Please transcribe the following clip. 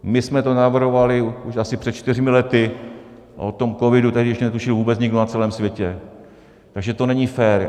My jsme to navrhovali už asi před čtyřmi lety a o tom covidu tehdy ještě netušil vůbec nikdo na celém světě, takže to není fér.